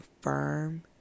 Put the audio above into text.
firm